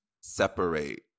separate